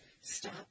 stop